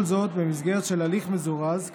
כל זאת במסגרת של הליך מזורז,